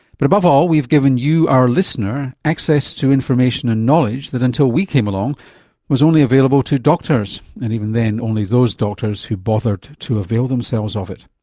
but above all we've given you, our listener, access to information and knowledge that until we came along was only available to doctors, and even then only those doctors who bothered to avail themselves of it.